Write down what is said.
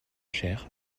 cher